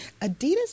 Adidas